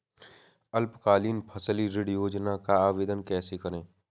अल्पकालीन फसली ऋण योजना का आवेदन कैसे करें?